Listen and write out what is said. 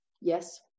yes